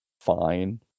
fine